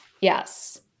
yes